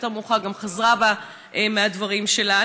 יותר מאוחר היא גם חזרה בה מהדברים שלה.